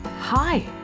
Hi